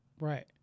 Right